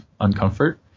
uncomfort